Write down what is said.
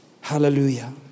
Hallelujah